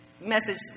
Message